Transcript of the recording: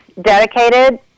dedicated